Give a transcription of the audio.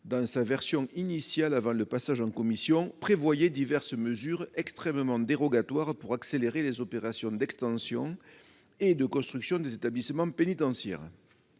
dans sa version initiale, avant le passage en commission, prévoyait diverses mesures extrêmement dérogatoires pour accélérer les opérations d'extension et de construction des établissements pénitentiaires